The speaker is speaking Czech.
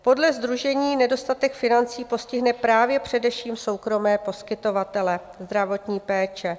Podle Sdružení nedostatek financí postihne právě především soukromé poskytovatele zdravotní péče.